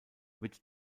wird